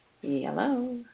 Yellow